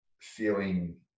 feeling